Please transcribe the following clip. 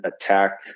attack